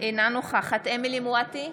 אינה נוכחת אמילי חיה מואטי,